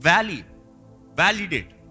Validate